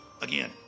Again